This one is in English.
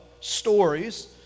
stories